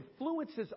influences